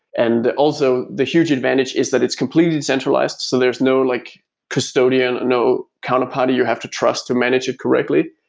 and also, the huge advantage is that it's completely decentralized, so there's no like custodian, no counterparty you have to trust to manage it correctly.